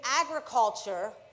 agriculture